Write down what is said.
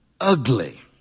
ugly